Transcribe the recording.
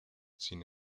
sin